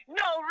no